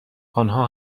آنها